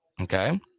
Okay